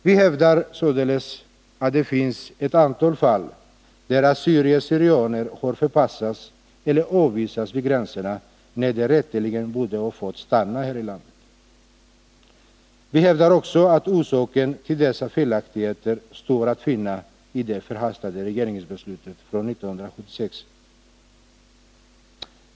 Vi hävdar således att det finns ett antal fall där assyrier/ syrianer har förpassats eller avvisats vid gränserna, när de rätteligen borde ha fått stanna här i landet. Vi hävdar också att orsaken till dessa felaktigheter står att finna i det förhastade regeringsbeslutet från 1976.